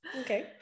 Okay